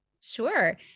Sure